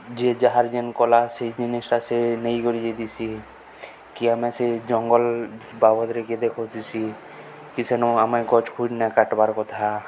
ଯେ ଯାହାର୍ ଯେନ୍ କଲା ସେ ଜିନିଷ୍ଟା ସେ ନେଇକରି ଯାଇଥିସି କି ଆମେ ସେ ଜଙ୍ଗଲ୍ ବାବଦ୍ରେ କେ ଦେଖଉଥିସି କି ସେନୁ ଆମେ ଗଛ୍ ଖୁଟ୍ ନାଇ କାଟ୍ବାର୍ କଥା